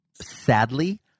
Sadly